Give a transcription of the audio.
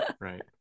right